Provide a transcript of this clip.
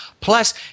Plus